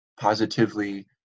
positively